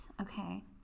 Okay